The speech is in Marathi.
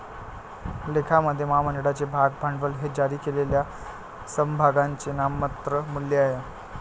लेखामध्ये, महामंडळाचे भाग भांडवल हे जारी केलेल्या समभागांचे नाममात्र मूल्य आहे